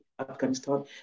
Afghanistan